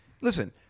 listen